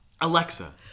Alexa